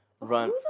run